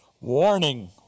warning